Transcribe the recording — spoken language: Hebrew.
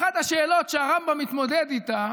אחת השאלות שהרמב"ם מתמודד איתן